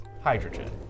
hydrogen